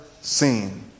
seen